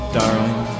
darling